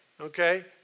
okay